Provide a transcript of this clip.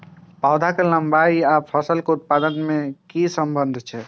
पौधा के लंबाई आर फसल के उत्पादन में कि सम्बन्ध छे?